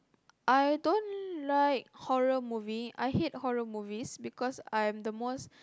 I don't like horror movie I hate horror movies because I'm the most